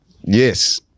Yes